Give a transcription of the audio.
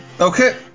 Okay